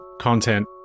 content